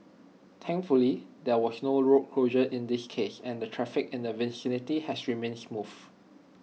thankfully there was no road closure in this case and traffic in the vicinity has remained smooth